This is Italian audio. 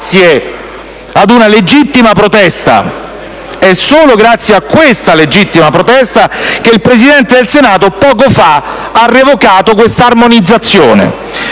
grazie a questa legittima protesta che il Presidente del Senato, poco fa, ha revocato questa armonizzazione,